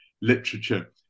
literature